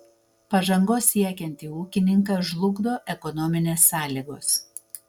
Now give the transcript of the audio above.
pažangos siekiantį ūkininką žlugdo ekonominės sąlygos